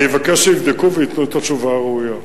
אני אבקש שיבדקו וייתנו את התשובה הראויה.